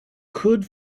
could